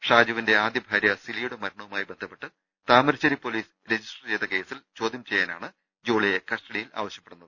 ഷാജുവിന്റെ ആദ്യ ഭാര്യ സിലിയുടെ മരണവുമായി ബന്ധപ്പെട്ട് താമരശ്ശേരി പോലീസ് രജിസ്റ്റർ ചെയ്ത കേസിൽ ചോദ്യം ചെയ്യാനാണ് ജോളിയെ കസ്റ്റഡിയിൽ ആവശ്യപ്പെടുന്നത്